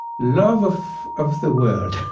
love of of the world,